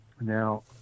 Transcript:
Now